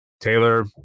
Taylor